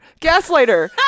gaslighter